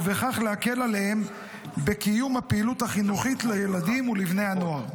ובכך להקל עליהם בקיום פעילויות חינוכיות לילדים ולבני נוער.